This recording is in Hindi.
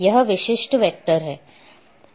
यह विशिष्ट वेक्टर है